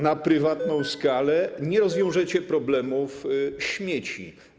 na prywatną skalę nie rozwiążecie problemów śmieci.